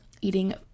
eating